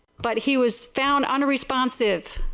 but he was found unresponsesive